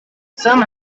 some